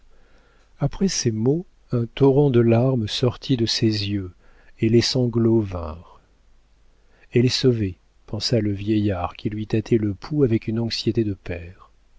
après ces mots un torrent de larmes sortit de ses yeux et les sanglots vinrent elle est sauvée pensa le vieillard qui lui tâtait le pouls avec une anxiété de père